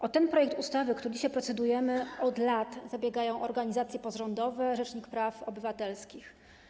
O ten projekt ustawy, nad którym dzisiaj procedujemy, od lat zabiegają organizacje pozarządowe, rzecznik praw obywatelskich.